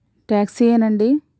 టాక్సీయేనా అండి